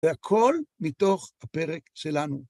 והכל מתוך הפרק שלנו.